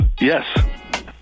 yes